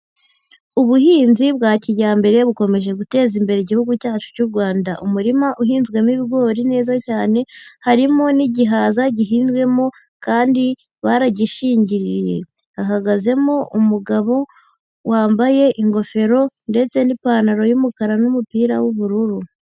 Ubuhinzi bwa kijyambere bukomeje guteza imbere igihugu cyacu cy'u Rwanda, umurima uhinzwemo ibigori neza cyane, harimo n'igihaza gihinzwemo kandi baragishingiriye, hahagazemo umugabo wambaye ingofero ndetse n'ipantaro y'umukara n'umupira w'ubururu.